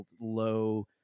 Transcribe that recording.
low